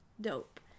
dope